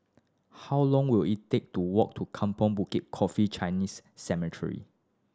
how long will it take to walk to Kampong Bukit Coffee Chinese Cemetery